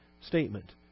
statement